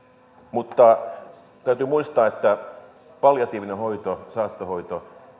mutta täytyy muistaa että palliatiivinen hoito saattohoito